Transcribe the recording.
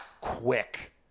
quick